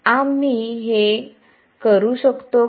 आम्ही हे करू शकतो का